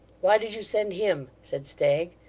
why did you send him said stagg.